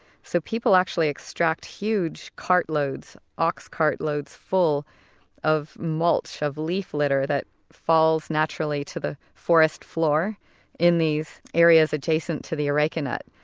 so people actually extract huge ox cartloads full of mulch, of leaf litter that falls naturally to the forest floor in these areas adjacent to the areca nut.